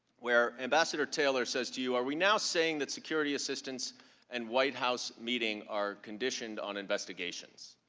where ambassador taylor says do you are we now saying that security assistance and white house meeting are conditioned on investigation?